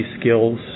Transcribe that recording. skills